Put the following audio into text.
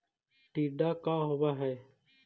टीडा का होव हैं?